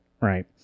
right